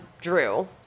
Drew